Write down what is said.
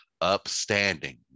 upstanding